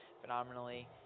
phenomenally